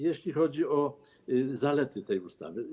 Jeśli chodzi o zalety tej ustawy.